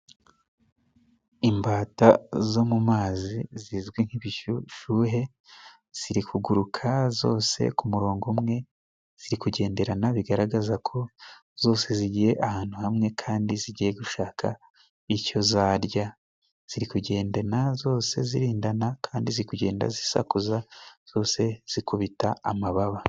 Imbata zo mu mazi zizwi nk'ibishuhe ziri kuguruka zose k'umurongo umwe, ziri kugenderana bigaragaza ko zose zigiye ahantu hamwe kandi zigiye gushaka icyo zarya, zirikugendana zose zirindana kandi zikagenda zisakuza zose zikubita amababa.